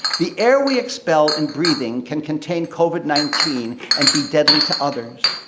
the air we expel in breathing can contain covid nineteen and be deadly to others.